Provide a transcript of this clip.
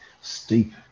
steep